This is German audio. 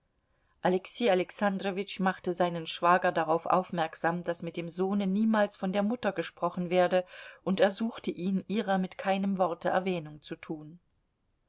alexei alexandrowitsch machte seinen schwager darauf aufmerksam daß mit dem sohne niemals von der mutter gesprochen werde und ersuchte ihn ihrer mit keinem worte erwähnung zu tun